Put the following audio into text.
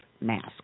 mask